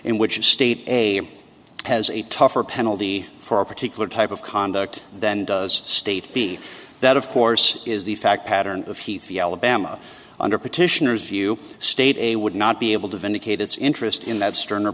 in which a state a has a tougher penalty for a particular type of conduct than does state be that of course is the fact pattern of heathy alabama under petitioners you state a would not be able to vindicate its interest in that st